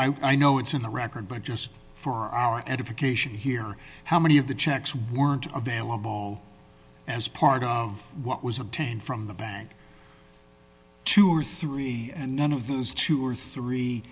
checks i know it's in the record but just for our edification here how many of the checks weren't available as part of what was obtained from the bank two or three and none of those two or three